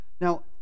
now